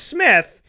Smith